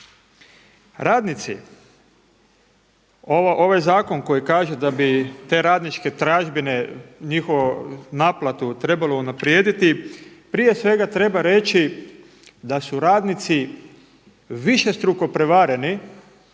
Ovaj zakon koji kaže da bi te radničke tražbine i njihovu naplatu trebalo unaprijediti, prije svega treba reći da su radnici višestruko prevareni